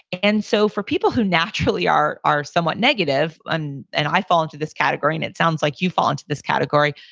and so for people who naturally are are somewhat negative and and i fall into this category and it sounds like you fall into this category,